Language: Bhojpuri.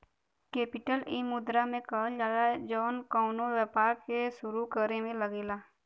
केपिटल इ मुद्रा के कहल जाला जौन कउनो व्यापार के सुरू करे मे लगेला